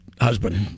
husband